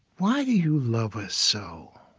why do you love us so?